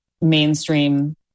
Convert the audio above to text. mainstream